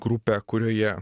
grupę kurioje